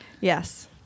yes